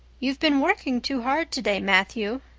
you've been working too hard today, matthew,